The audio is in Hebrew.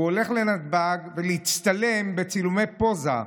הוא הולך לנתב"ג כדי להצטלם בצילומי פוזה,